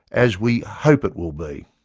as we hope it will be.